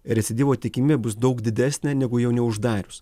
recidyvo tikimybė bus daug didesnė negu jo neuždarius